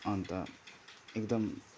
अन्त एकदम